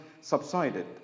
subsided